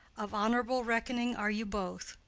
of honourable reckoning are you both,